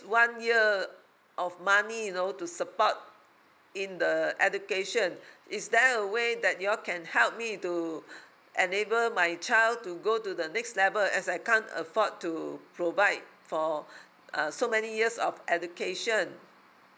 one year of money you know to support in the education is there a way that you all can help me to enable my child to go to the next level as I can't afford to provide for uh so many years of education